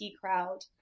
Crowd